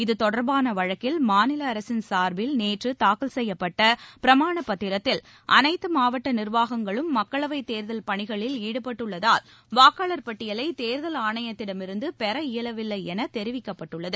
இத்தொடர்பாள வழக்கில் மாநில அரசின் சார்பில் நேற்று தாக்கல் செய்யப்பட்ட பிரமாண பத்திரத்தில் அனைத்து மாவட்ட நிர்வாகங்களும் மக்களவைத் தேர்தல் பணிகளில் ஈடுபட்டுள்ளதால் வாக்காளர் பட்டியலை தேர்தல் ஆணையத்திடமிருந்து பெற இயலவில்லை என தெரிவிக்கப்பட்டுள்ளது